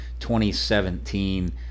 2017